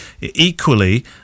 equally